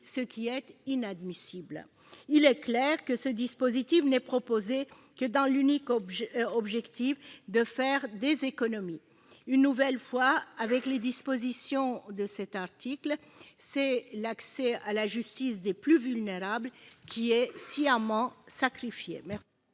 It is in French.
ce qui est inadmissible. Il est clair que ce dispositif est proposé dans l'unique objectif de faire des économies. Une nouvelle fois, avec les dispositions de cet article, c'est l'accès à la justice des plus vulnérables qui est sciemment sacrifié.